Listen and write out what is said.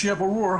שיהיה ברור,